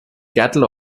cattle